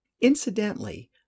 Incidentally